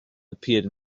appeared